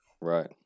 right